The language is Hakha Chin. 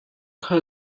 kha